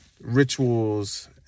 rituals